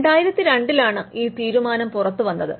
2002 ലാണ് ഈ തീരുമാനം പുറത്തുവന്നത്